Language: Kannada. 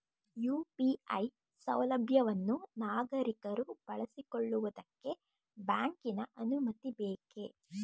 ಯು.ಪಿ.ಐ ಸೌಲಭ್ಯವನ್ನು ನಾಗರಿಕರು ಬಳಸಿಕೊಳ್ಳುವುದಕ್ಕೆ ಬ್ಯಾಂಕಿನ ಅನುಮತಿ ಬೇಕೇ?